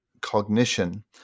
cognition